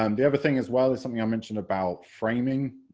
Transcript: um the other thing as well is something i mentioned about framing,